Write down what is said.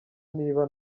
niba